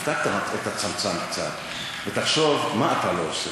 תפתח את הצמצם קצת ותחשוב מה אתה לא עושה,